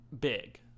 Big